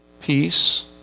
peace